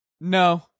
No